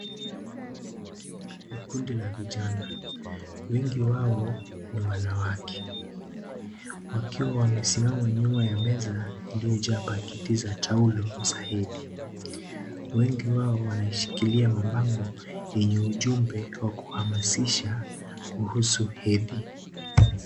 Kundi la vijana , weng wao ni wanawake, wakiwa wamesimama nyuma ya meza iliyojaa pakiti za taulo za hedhi, wengi wao wameshikilia mapango yenye ujumbe ya kuwahamasisha kuhusu hedhi.